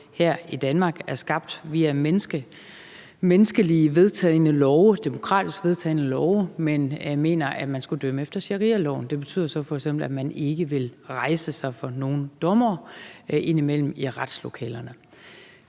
her i Danmark er skabt via love, der er vedtaget af mennesker, demokratisk vedtagne love, men mener, at man skulle dømme efter sharialoven. Det betyder så f.eks., at man indimellem ikke vil rejse sig for dommerne i retslokalerne.